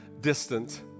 distant